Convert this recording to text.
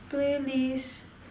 playlist